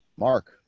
Mark